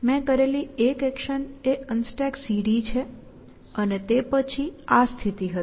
મેં કરેલી એક એક્શન એ UnstackCD છે અને તે પછી આ સ્થિતિ હતી